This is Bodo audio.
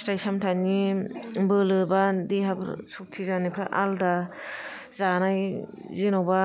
फिथाइ सामथाइनि बोलो बा देहाफ्रा शक्ति जानायफ्रा आलदा जानाय जेनोबा